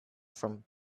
from